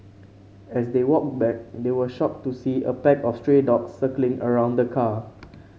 as they walked back they were shocked to see a pack of stray dogs circling around the car